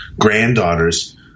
granddaughters